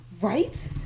Right